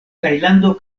tajlando